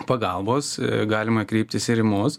pagalbos galima kreiptis ir į mus